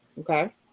Okay